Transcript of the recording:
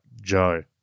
Joe